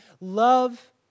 Love